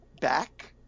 back